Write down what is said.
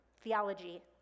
theology